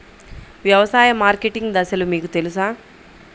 వ్యవసాయ మార్కెటింగ్ దశలు మీకు తెలుసా?